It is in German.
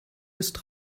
ist